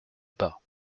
bas